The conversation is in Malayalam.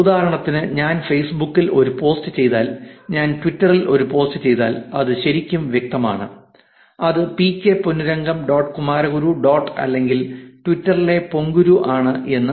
ഉദാഹരണത്തിന് ഞാൻ ഫെയ്സ്ബുക്കിൽ ഒരു പോസ്റ്റ് ചെയ്താൽ ഞാൻ ട്വിറ്ററിൽ ഒരു പോസ്റ്റ് ചെയ്താൽ അത് ശരിക്കും വ്യക്തമാണ് അത് PK Ponnurangam dot Kumaraguru dot അല്ലെങ്കിൽ ട്വിറ്ററിലെ പോങ്കുരു ആണ് എന്ന്